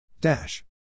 Dash